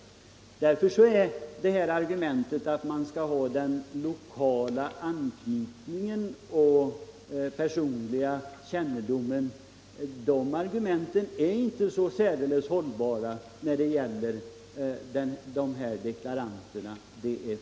Därför är argumentet om den lokala anknytningen och den personliga kännedomen inte särdeles hållbar i fråga om dessa deklaranter.